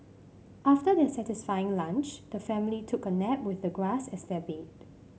after their satisfying lunch the family took a nap with the grass as their bed